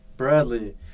Bradley